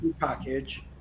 package